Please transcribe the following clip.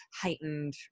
heightened